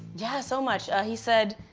yeah, so much. he said,